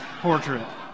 portrait